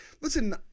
listen